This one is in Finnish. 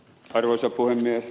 arvoisa puhemies